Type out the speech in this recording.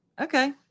Okay